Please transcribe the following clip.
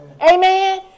amen